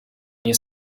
nie